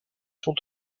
sont